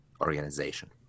organization